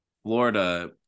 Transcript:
florida